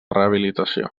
rehabilitació